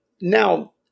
now